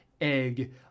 egg